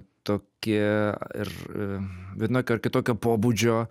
tokie ir vienokio ar kitokio pobūdžio